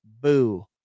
boo